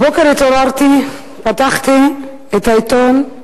הבוקר התעוררתי, פתחתי את העיתון, ושוב